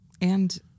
And-